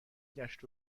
گشت